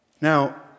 Now